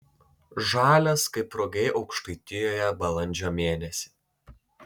žalias kaip rugiai aukštaitijoje balandžio mėnesį